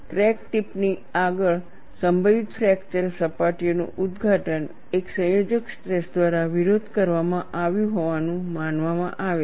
crack ટિપની આગળ સંભવિત ફ્રેક્ચર સપાટીઓનું ઉદઘાટન એક સંયોજક સ્ટ્રેસ દ્વારા વિરોધ કરવામાં આવ્યું હોવાનું માનવામાં આવે છે